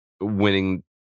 winning